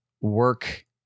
work